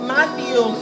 Matthew